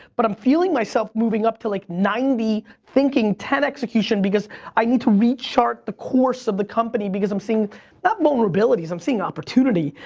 but i'm feeling myself moving up to like ninety thinking, ten execution, because i need to re-chart the course of the company because i'm seeing not vulnerabilities, i'm seeing opportunity,